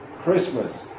Christmas